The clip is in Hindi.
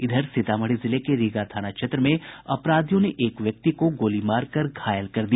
इधर सीतामढ़ी जिले के रीगा थाना क्षेत्र में अपराधियों ने एक व्यक्ति की गोली मारकर घायल कर दिया